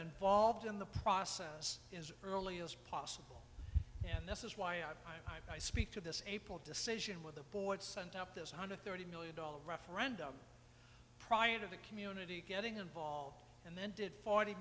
involved in the process is early as possible and this is why i i speak to this april decision with the board sent up this one hundred thirty million dollars referendum prior to the community getting involved and then did forty